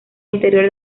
interior